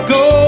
go